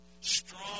strong